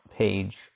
page